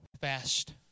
Fast